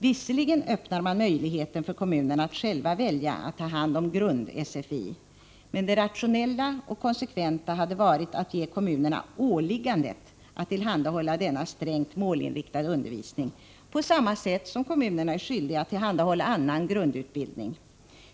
Visserligen öppnar man möjligheten för kommunerna att själva välja att ta hand om grund-SFI, men det rationella och konsekventa hade varit att ge kommunerna åliggandet att tillhandahålla denna strängt målinriktade undervisning på samma sätt som de är skyldiga att tillhandahålla annan grundutbildning.